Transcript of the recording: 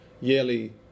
yearly